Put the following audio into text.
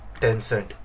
Tencent